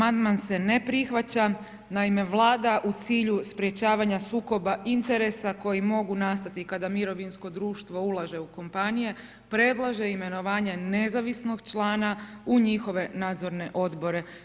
Amandman se ne prihvaća, naime Vlada u cilju sprečavanja sukoba interesa koji mogu nastati kada mirovinsko društvo ulaže u kompanije, predlaže imenovanje nezavisnog člana u njihove nadzorne odbore.